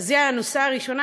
אז היא האנוסה הראשונה,